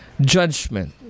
judgment